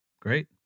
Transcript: great